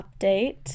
update